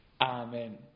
Amen